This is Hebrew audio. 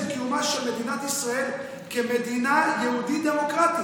קיומה של מדינת ישראל כמדינה יהודית דמוקרטית.